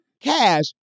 Cash